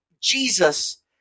Jesus